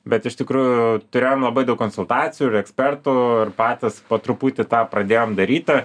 bet iš tikrųjų turėjom labai daug konsultacijų ir ekspertų ir patys po truputį tą pradėjom daryti